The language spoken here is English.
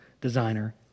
designer